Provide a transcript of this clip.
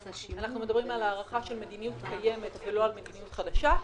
אנחנו מדברים על הארכה של מדיניות קיימת ולא על מדיניות חדשה,